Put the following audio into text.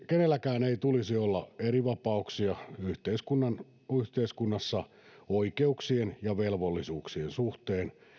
kenelläkään ei tulisi olla erivapauksia yhteiskunnassa oikeuksien ja velvollisuuksien suhteen